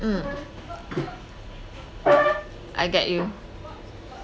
mm I get you